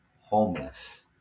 homeless